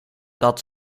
dat